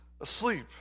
asleep